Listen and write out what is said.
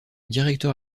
directeur